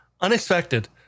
unexpected